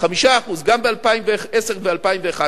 גם ב-2010 ו-2011.